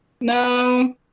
No